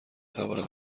سوار